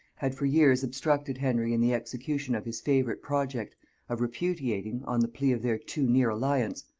had for years obstructed henry in the execution of his favourite project of repudiating, on the plea of their too near alliance,